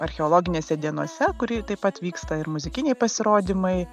archeologinėse dienose kur taip pat vyksta ir muzikiniai pasirodymai